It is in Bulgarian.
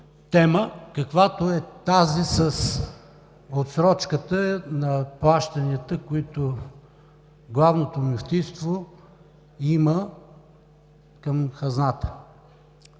каквато е тази с отсрочката на плащанията, които Главното мюфтийство има към хазната.